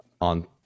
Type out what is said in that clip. on